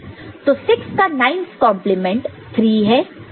तो 6 का 9's complement 9's complement 3 है